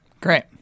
Great